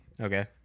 Okay